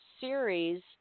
series